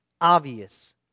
Obvious